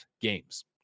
Games